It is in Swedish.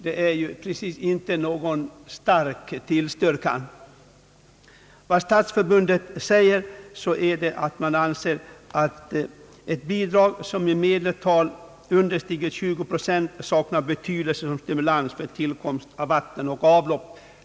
Det är inte precis någon stark tillstyrkan. Stadsförbundet säger att man anser att ett bidrag som understiger 20 procent saknar betydelse som stimulans för tillkomst av vatten och avlopp.